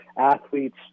athletes